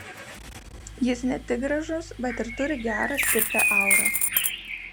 jis ne tik gražus bet ir turi gerą stiprią aurą